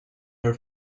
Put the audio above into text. her